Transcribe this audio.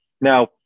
Now